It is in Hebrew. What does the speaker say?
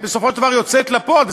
בסופו של דבר יוצאת לפועל.